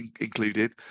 included